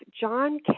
John